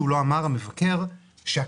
שוועדת הבחירות עשתה והתייעלה.